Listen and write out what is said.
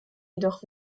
jedoch